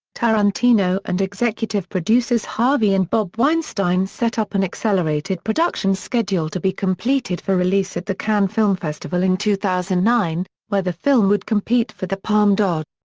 tarantino and executive producers harvey and bob weinstein set up an accelerated production schedule to be completed for release at the cannes film festival in two thousand and nine, where the film would compete for the palme d'or.